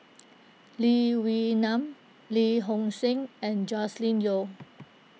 Lee Wee Nam Lee Hong Seng and Joscelin Yeo